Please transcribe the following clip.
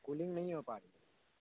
cooling نہیں ہو پا رہی